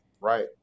right